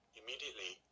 immediately